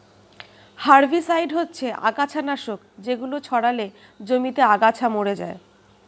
herbicide হচ্ছে আগাছানাশক যেগুলো ছড়ালে জমিতে আগাছা মরে যায়